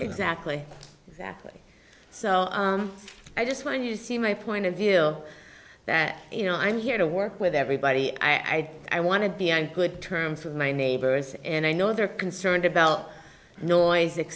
exactly exactly so i just when you see my point of view that you know i'm here to work with everybody i do i want to be an could terms with my neighbors and i know they're concerned about noise